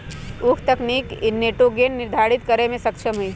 उख तनिक निटोगेन निर्धारितो करे में सक्षम हई